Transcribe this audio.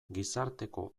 gizarteko